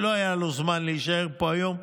שלא היה לו זמן להישאר פה היום,